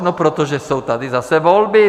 No protože jsou tady zase volby!